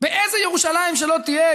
באיזו ירושלים שלא תהיה,